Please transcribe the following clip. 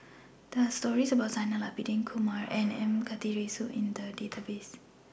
There Are stories about Zainal Abidin Kumar and M Karthigesu in The Database